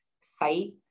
site